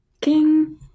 king